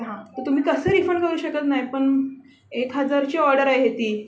हां तर तुम्ही कसं रिफंड करू शकत नाही पण एक हजारची ऑर्डर आहे ती